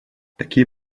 такие